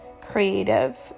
creative